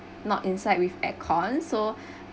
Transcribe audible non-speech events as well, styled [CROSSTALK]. not inside with aircon so [BREATH]